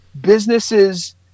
businesses